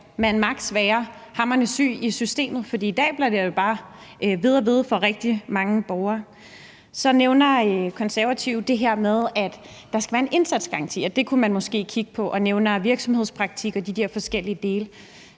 man maks. være hamrende syg i systemet? For i dag bliver det bare ved og ved for rigtig mange borgere. Så nævner Konservative det her med, at der skal være en indsatsgaranti, og at det kunne man måske kigge på. Og man nævner virksomhedspraktik og de der forskellige dele.